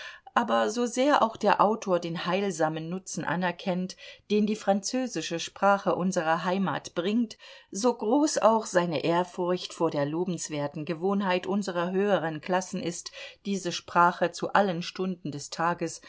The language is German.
aber so sehr auch der autor den heilsamen nutzen anerkennt den die französische sprache unserer heimat bringt so groß auch seine ehrfurcht vor der lobenswerten gewohnheit unserer höheren klassen ist diese sprache zu allen stunden des tages